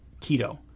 keto